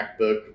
MacBook